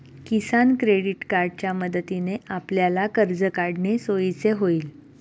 किसान credit कार्डच्या मदतीने आपल्याला कर्ज काढणे सोयीचे होईल